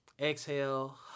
exhale